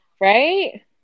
right